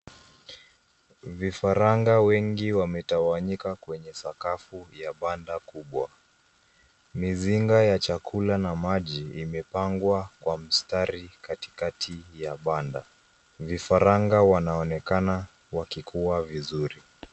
Vifaranga wengi wametawanyika kwenye sakafu ya banda kubwa, mizinga ya chakula na maji, imepangwa kwa mstari, katikati ya banda. Vifaranga wanaonekana wakikua vizuri.